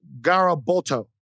Garaboto